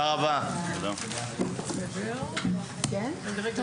הישיבה ננעלה בשעה